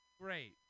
great